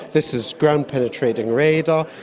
this is ground penetrating radar,